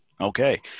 Okay